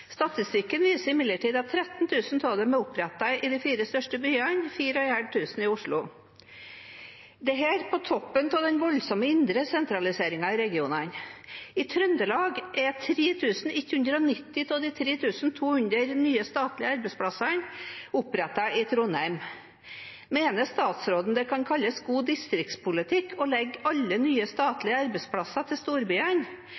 Statistikken viser imidlertid at 13 000 av disse ble opprettet i de fire største byene – 4 500 i Oslo. Dette er på toppen av den voldsomme indre sentraliseringen i regionene. I Trøndelag er 3 190 av de 3 200 nye statlige arbeidsplassene opprettet i Trondheim. Mener statsråden det kan kalles god distriktspolitikk å legge alle nye